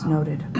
Noted